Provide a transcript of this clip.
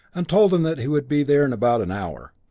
and told them that he would be there in about an hour.